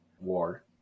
war